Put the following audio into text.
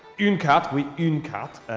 une carte! oui, une carte.